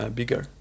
bigger